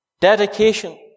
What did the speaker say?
dedication